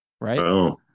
right